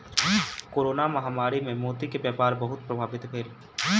corona महामारी मे मोती के व्यापार बहुत प्रभावित भेल